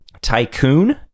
Tycoon